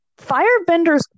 Firebenders